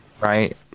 Right